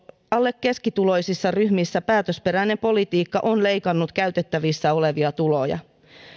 alle keskituloisissa ryhmissä päätösperäinen politiikka on leikannut käytettävissä olevia tuloja